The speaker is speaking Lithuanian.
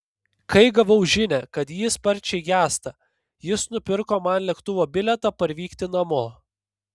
kai gavau žinią kad ji sparčiai gęsta jis nupirko man lėktuvo bilietą parvykti namo